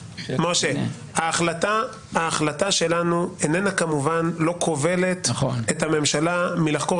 ההחלטה שלנו כמובן לא כובלת את הממשלה מלחקור